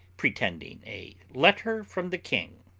pretending a letter from the king.